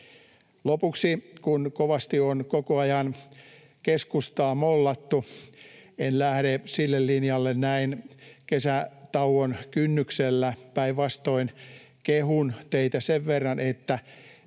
Lopuksi: Kovasti on koko ajan keskustaa mollattu. En lähde sille linjalle näin kesätauon kynnyksellä — päinvastoin kehun teitä sen verran, että